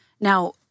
Now